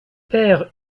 père